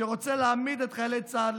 שרוצה להעמיד לדין את חיילי צה"ל.